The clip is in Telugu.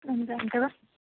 అంతే అంటావా